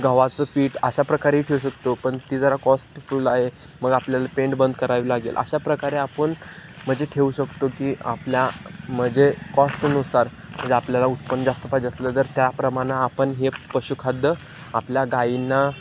गव्हाचं पीठ अशाप्रकारे ठेऊ शकतो पण ते जरा कॉस्टफुल आहे मग आपल्याला पेंड बंद करावी लागेल अशाप्रकारे आपण म्हणजे ठेऊ शकतो की आपल्या म्हणजे कॉस्टनुसार म्हणजे आपल्याला उत्पन्न जास्त पाहिजे असेल तर त्याप्रमाणं आपण हे पशुखाद्य आपल्या गायींना